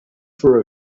for